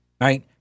right